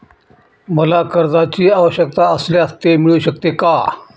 मला कर्जांची आवश्यकता असल्यास ते मिळू शकते का?